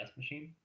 machine